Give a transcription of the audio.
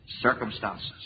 circumstances